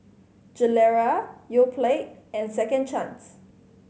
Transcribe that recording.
Gilera Yoplait and Second Chance